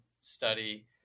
study